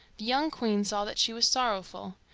the young queen saw that she was sorrowful.